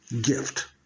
gift